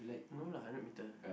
no lah hundred metre